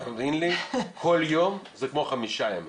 תאמין לי, כל יום זה כמו חמישה ימים.